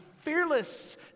fearless